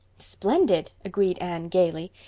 splendid, agreed anne gaily.